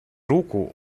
руку